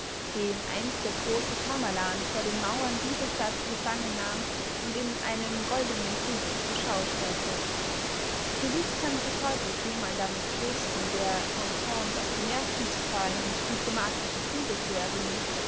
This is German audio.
den einst der große tamerlan vor den mauern dieser stadt gefangennahm und in einem goldenen käfig zur schau stellte gewiß kann sich heute kemal damit brüsten der entente auf die nerven zu fallen und diplomatische siege zu erringen